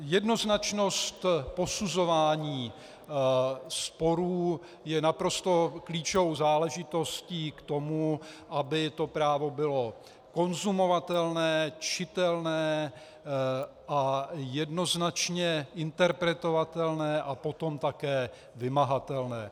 Jednoznačnost posuzování sporů je naprosto klíčovou záležitostí k tomu, aby právo bylo konzumovatelné, čitelné a jednoznačně interpretovatelné a potom také vymahatelné.